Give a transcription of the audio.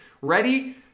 Ready